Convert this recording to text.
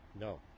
no